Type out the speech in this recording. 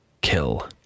kill